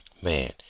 Man